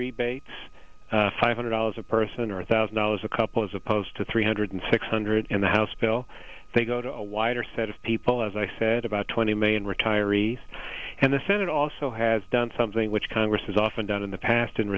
rebates five hundred dollars a person or thousand dollars a couple as opposed to three hundred six hundred in the house bill they go to a wider set of people as i said about twenty million retirees and the senate also has done something which congress has often done in the past in